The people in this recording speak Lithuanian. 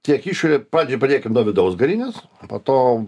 tiek išorę pradžioj pradėkim nuo vidaus garinės po to